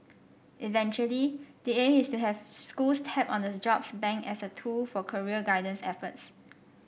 eventually the aim is to have schools tap on the jobs bank as a tool for career guidance efforts